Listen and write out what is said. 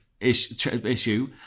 issue